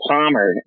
Palmer